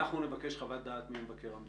אנחנו נבקש חוות דעת ממבקר המדינה,